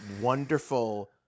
wonderful